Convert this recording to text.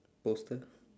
poster